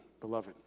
beloved